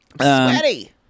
Sweaty